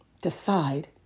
decide